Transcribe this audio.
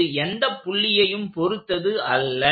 இது எந்தப் புள்ளியையும் பொருத்தது அல்ல